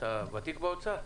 אתה ותיק באוצר?